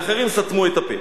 לאחרים סתמו את הפה.